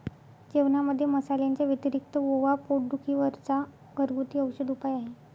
जेवणामध्ये मसाल्यांच्या व्यतिरिक्त ओवा पोट दुखी वर चा घरगुती औषधी उपाय आहे